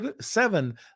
seven